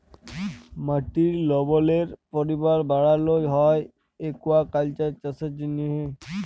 মাটির লবলের পরিমাল বাড়ালো হ্যয় একুয়াকালচার চাষের জ্যনহে